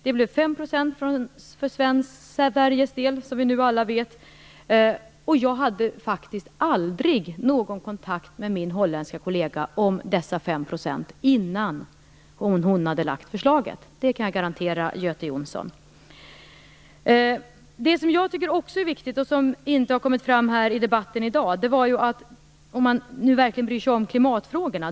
Det blev 5 % för Sveriges del, som vi nu alla vet. Och jag hade faktiskt aldrig någon kontakt med min holländska kollega om dessa 5 % innan hon lade fram förslaget. Det kan jag garantera Göte Jonsson. Det finns något annat som jag också tycker är viktigt - om man verkligen bryr sig om klimatfrågorna. Och det har inte kommit fram i debatten i dag.